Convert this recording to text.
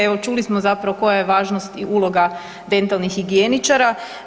Evo čuli smo zapravo koja je važnost i uloga dentalnih higijeničara.